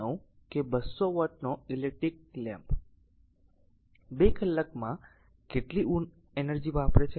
9 કે 200 વોટનો electric lamp 2 કલાકમાં કેટલી એનર્જી વાપરે છે